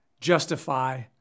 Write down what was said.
justify